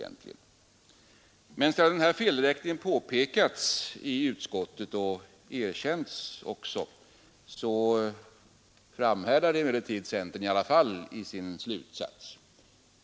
Sedan felräkningen påpekats i utskottet — och även erkänts — framhärdar emellertid centern i sin slutsats.